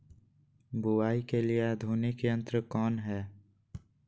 बुवाई के लिए आधुनिक यंत्र कौन हैय?